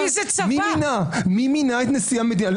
מי מינה את נשיא המדינה?